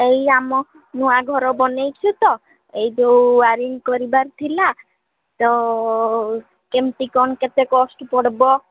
ଏଇ ଆମ ନୂଆ ଘର ବନେଇଛୁ ତ ଏଇ ଯୋଉ ୱାରିଙ୍ଗ କରିବାର ଥିଲା ତ କେମିତି କ'ଣ କେତେ କଷ୍ଟ ପଡ଼ିବ